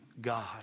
God